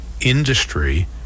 industry